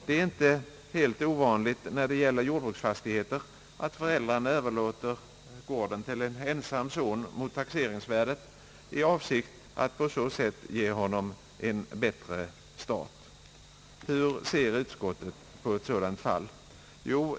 Det är inte helt ovanligt när det gäller jordbruksfastigheter att föräldrarna överlåter gården till en ensam son mot taxeringsvärdet i avsikt att på så sätt ge honom en bättre start. Hur ser utskottet på ett sådant fall?